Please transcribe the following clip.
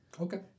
Okay